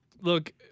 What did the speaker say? Look